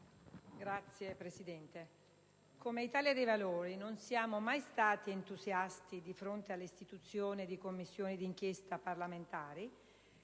Signor Presidente, come Italia dei Valori non siamo mai stati entusiasti di fronte all'istituzione di Commissioni parlamentari